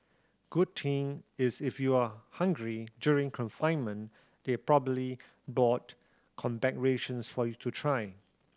good thing is if you're hungry during confinement they probably bought combat rations for you to try